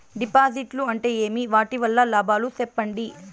డిపాజిట్లు అంటే ఏమి? వాటి వల్ల లాభాలు సెప్పండి?